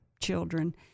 children